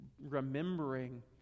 remembering